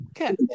Okay